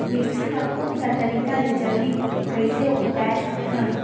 मिरचा ला कोन सा तरीका ले जल्दी कइसे उगाय सकथन?